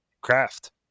craft